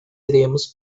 iremos